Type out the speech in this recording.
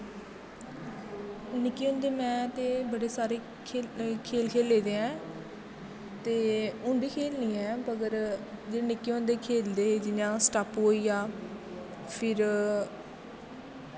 निक्के होंदे में ते बड़े सारे खेल खेल्ले दे ऐं ते हून बी खेलनी ऐं मगर जेह्ड़े निक्के होंदे खेलदे हे जियां स्टापू होईया फिर